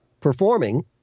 performing –